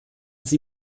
sie